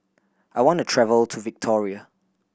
I want to travel to Victoria